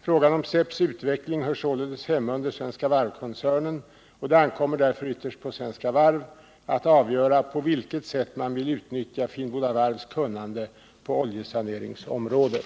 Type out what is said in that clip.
Frågan om SEPS utveckling hör således hemma under Svenska Varv-koncernen och det ankommer därför ytterst på Svenska Varv att avgöra på vilket sätt man vill utnyttja Finnboda Varvs kunnande på oljesaneringsområdet.